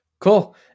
Cool